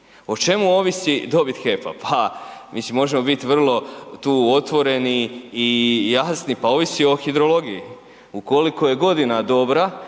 O čemu ovisi dobit HEP-a? Pa, mislim možemo biti vrlo tu otvoreni i jasni, pa ovisi o hidrologiji. Ukoliko je godina dobra